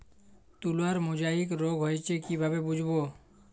তুলার মোজাইক রোগ হয়েছে কিভাবে বুঝবো?